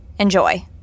Enjoy